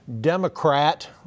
Democrat